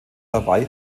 hawaii